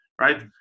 Right